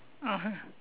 (uh huh)